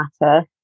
matter